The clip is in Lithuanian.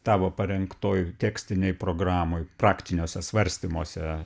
tavo parengtoj tekstinėj programoj praktiniuose svarstymuose